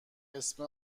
اسم